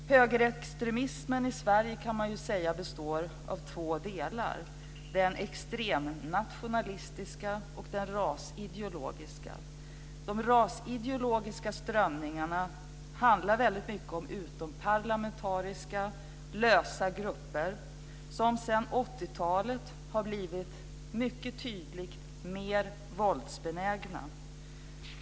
Högerextremismen i Sverige kan sägas bestå av två delar - den extremnationalistiska och den rasideologiska. De rasideologiska strömningarna handlar väldigt mycket om utomparlamentariska lösa grupper som sedan 80-talet har blivit mycket tydligt mer våldsbenägna.